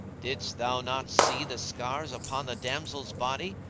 didst thou not see the scars upon the damsel's body?